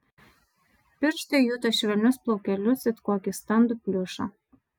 pirštai juto švelnius plaukelius it kokį standų pliušą